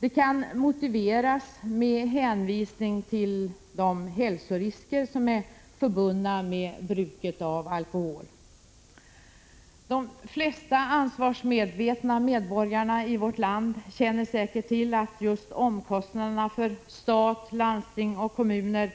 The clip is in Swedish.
Detta kan motiveras med hänvisning till de hälsorisker som är förbundna med bruket av alkohol. De flesta ansvarsmedvetna medborgare i vårt land känner säkert till att de omkostnader för stat, landsting och kommuner